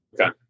Okay